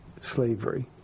slavery